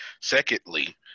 Secondly